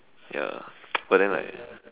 ya but then like